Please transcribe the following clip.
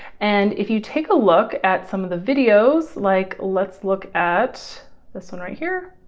and if you take a look at some of the videos, like let's look at this one right here,